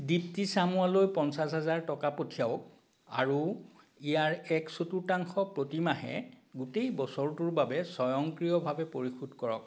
দীপ্তি চামুৱালৈ পঞ্চাছ হাজাৰ টকা পঠিয়াওক আৰু ইয়াৰ এক চতুৰ্থাংশ প্ৰতিমাহে গোটেই বছৰটোৰ বাবে স্বয়ংক্ৰিয়ভাৱে পৰিশোধ কৰক